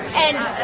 and,